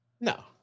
No